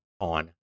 on